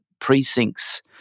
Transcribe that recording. precincts